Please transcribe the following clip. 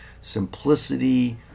simplicity